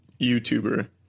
YouTuber